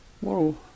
Whoa